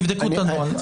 תבדקו את הנוהל.